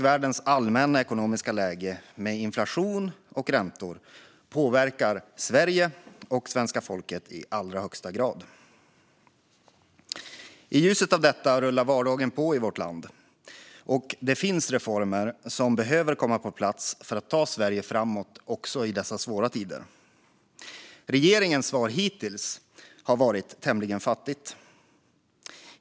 Världens allmänna ekonomiska läge med inflation och räntor påverkar Sverige och svenska folket i allra högsta grad. I ljuset av detta rullar vardagen på i vårt land. Det finns reformer som behöver komma på plats för att ta Sverige framåt även i dessa svåra tider. Regeringens svar hittills har varit tämligen fattigt.